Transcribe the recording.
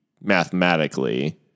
mathematically